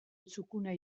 txukuna